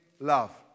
love